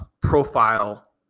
profile